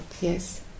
Yes